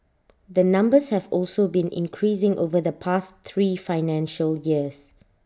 the numbers have also been increasing over the past three financial years